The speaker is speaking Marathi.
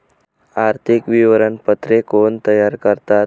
आर्थिक विवरणपत्रे कोण तयार करतात?